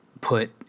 put